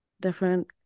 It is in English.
different